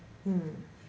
mm